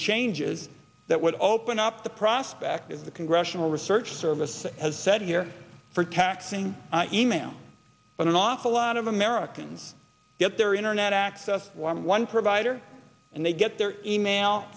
changes that would open up the prospect of the congressional research service has said here for taxing e mail but an awful lot of americans get their internet access one one provider and they get their e mail